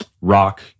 rock